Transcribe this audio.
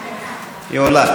היא עולה,